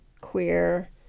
queer